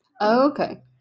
Okay